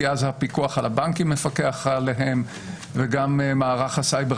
כי אז הפיקוח על הבנקים מפקח עליהם וגם מערך הסייבר